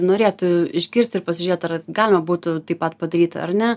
norėtų išgirst ir pasižiūrėt ar galima būtų taip pat padaryt ar ne